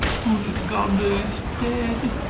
cunegonde is dead!